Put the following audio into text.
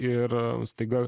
ir staiga